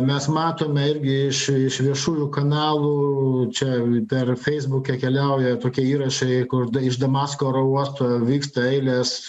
mes matome irgi iš viešųjų kanalų čia dar feisbuke keliauja tokie įrašai kur iš damasko oro uosto vyksta eilės